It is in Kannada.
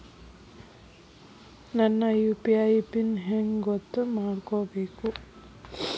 ನನ್ನ ಯು.ಪಿ.ಐ ಪಿನ್ ಹೆಂಗ್ ಗೊತ್ತ ಮಾಡ್ಕೋಬೇಕು?